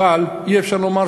אבל אי-אפשר לומר,